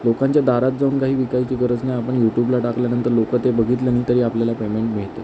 लोकांच्या दारात जाऊन काही विकायची गरज नाही आपण युटुबला टाकल्यानंतर लोकं ते बघितल्यानंतरही आपल्याला पेमेंट